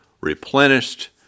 replenished